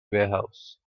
warehouse